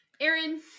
Aaron